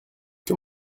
que